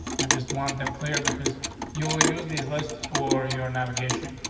um just want them clear because you'll use these lists for your navigation.